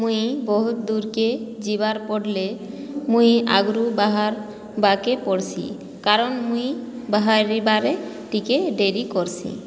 ମୁଇଁ ବହୁତ ଦୂର୍କେ ଯିବାର୍ ପଡ଼୍ଲେ ମୁଇଁ ଆଗରୁ ବାହାର୍ବାକେ ପଡ଼୍ସି କାରଣ ମୁଇଁ ବାହାରିବାରେ ଟିକିଏ ଡେରି କର୍ସି